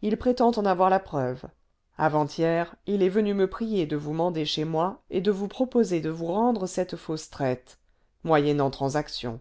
il prétend en avoir la preuve avant-hier il est venu me prier de vous mander chez moi et de vous proposer de vous rendre cette fausse traite moyennant transaction